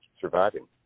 surviving